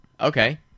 Okay